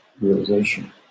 realization